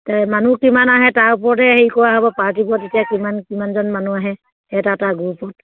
তে মানুহ কিমান আহে তাৰ ওপৰতে হেৰি কৰা হ'ব পাৰ্টিবোৰত এতিয়া কিমান কিমানজন মানুহ আহে এটা এটা তাৰ গ্ৰুপত